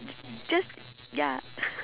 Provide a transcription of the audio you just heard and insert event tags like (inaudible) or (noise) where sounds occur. j~ just ya (noise)